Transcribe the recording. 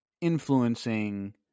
influencing